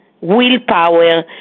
willpower